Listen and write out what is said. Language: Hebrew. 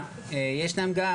אם יש לנו כאן